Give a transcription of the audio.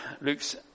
Luke's